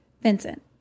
Vincent